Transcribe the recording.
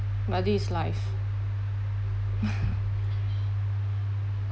but this is life